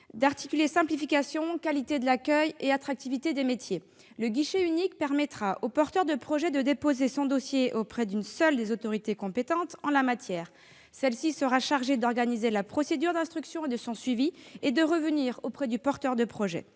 d'articuler simplification, qualité de l'accueil et attractivité des métiers. Le guichet unique permettra au porteur de projet de déposer son dossier auprès d'une seule des autorités compétentes en la matière. Celle-ci sera chargée d'organiser la procédure d'instruction et de son suivi et de revenir auprès du porteur de projet.